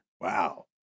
Wow